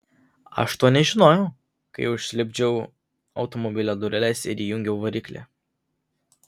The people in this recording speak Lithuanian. aš to nežinojau kai užlipdžiau automobilio dureles ir įjungiau variklį